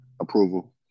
approval